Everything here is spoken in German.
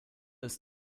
ist